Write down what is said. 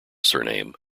surname